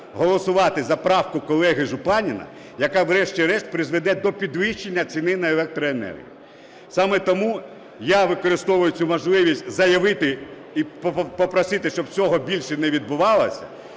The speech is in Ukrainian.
голосувати за правку колеги Жупанина, яка врешті-решт призведе до підвищення ціни на електроенергію. Саме тому я використовую цю можливість заявити і попросити, щоб цього більше не відбувалось.